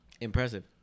impressive